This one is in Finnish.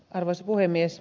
arvoisa puhemies